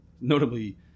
notably